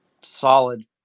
solid